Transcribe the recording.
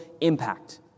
impact